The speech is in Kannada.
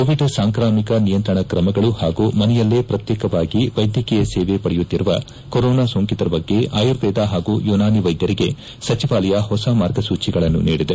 ಕೋವಿಡ್ ಸಾಂಕ್ರಾಮಿಕ ನಿಯಂತ್ರಣ ಕ್ರಮಗಳು ಹಾಗೂ ಮನೆಯಲ್ಲೇ ಪ್ರತ್ತೇಕವಾಗಿ ವೈದ್ಯಕೀಯ ಸೇವೆ ಪಡೆಯುತ್ತಿರುವ ಕೊರೋನಾ ಸೋಂಕಿತರ ಬಗ್ಗೆ ಆಯುರ್ವೇದ ಹಾಗೂ ಯುನಾನಿ ವ್ಲೆದ್ಲರಿಗೆ ಸಚಿವಾಲಯ ಹೊಸ ಮಾರ್ಗಸೂಚಿಗಳನ್ನು ನೀಡಿದೆ